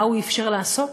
מה הוא אפשר לעשות?